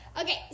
Okay